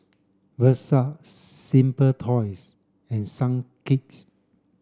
Versace Simple Toys and Sunquick